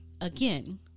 again